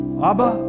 Abba